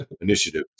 initiative